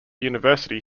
university